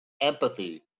empathy